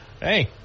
hey